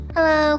Hello